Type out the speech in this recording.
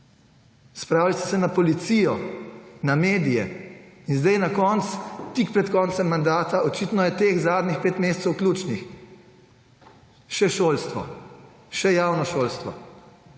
Spravili ste se na Policijo, na medije in zdaj na koncu, tik pred koncem mandata – očitno je teh zadnjih pet mesecev ključnih – še šolstvo, še javno šolstvo.